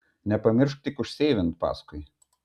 nepamiršk tik užseivint paskui